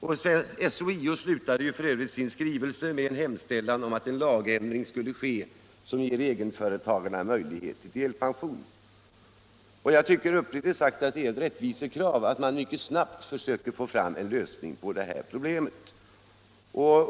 SHIO hemställde i sin skrivelse om en lagändring, som ger egenföretagarna möjlighet till delpension. Jag anser det vara ett rättvisekrav att man mycket snabbt åstadkommer en lösning på detta problem.